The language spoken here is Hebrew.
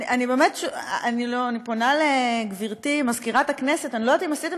אני פונה לגברתי מזכירת הכנסת: אני לא יודעת אם עשיתם